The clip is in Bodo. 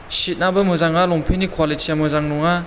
सियाबो मोजां नङा लंफेननि क्वालिटिा मोजां नङा